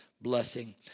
blessing